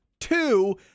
Two